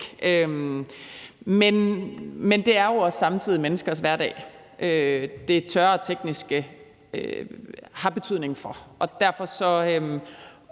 men det er jo samtidig også menneskers hverdag, som det tørre og tekniske har betydning for. Derfor er